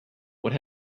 what